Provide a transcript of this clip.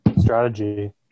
strategy